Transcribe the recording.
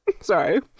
Sorry